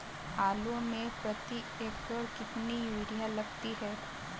आलू में प्रति एकण कितनी यूरिया लगती है?